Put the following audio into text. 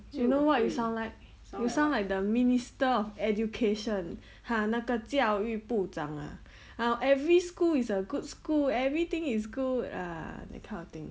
you know what you sound like you sound like the minister of education !huh! 那个教育部长 ah every school is a good school everything is good ah that kind of thing